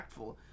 impactful